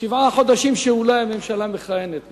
שבעה חודשים אולי שהממשלה מכהנת בפועל.